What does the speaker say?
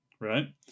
right